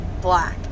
black